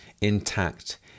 intact